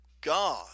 God